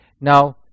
now